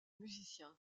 musiciens